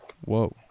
Whoa